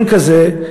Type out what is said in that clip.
ביום כזה,